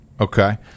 Okay